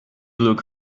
look